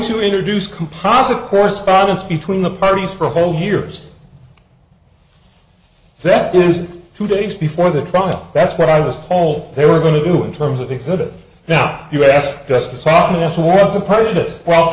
to introduce composite correspondence between the parties for a whole hears that is two days before the trial that's what i was told they were going to do in terms of exhibit now u